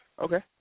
Okay